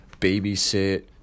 babysit